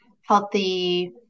healthy